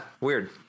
Weird